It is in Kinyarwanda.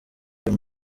iyo